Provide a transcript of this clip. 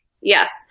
Yes